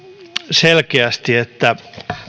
selkeästi että